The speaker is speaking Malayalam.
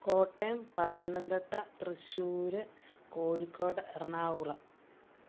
കോട്ടയം പത്തനംതിട്ട തൃശ്ശൂര് കോഴിക്കോട് എറണാകുളം